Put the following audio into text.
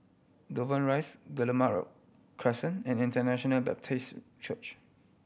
Dover Rise Guillemard Crescent and International Baptist Church